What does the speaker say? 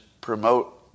promote